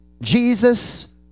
Jesus